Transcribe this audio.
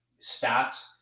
stats